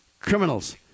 Criminals